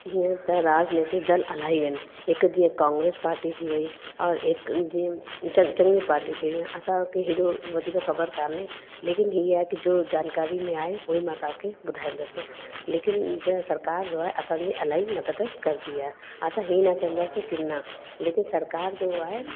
हीअं त राजनीति दल इलाही आहिनि हिकु जीअं कोंग्रेस पार्टी थी वेई और हिकु जीअं ज चङियूं पार्टियूं थी वेयूं असांखे हेॾो वधीक ख़बर काने लेकिनि हीअं आहे कि जो जानकारी में आहे उहे मां तव्हांखे ॿुधाईंदसि लेकिनि जो सरकारि जो आहे असांजी इलाही मदद कंदी आहे असां इहे न चवंदसि कि न लेकिनि सरकारि जो आहे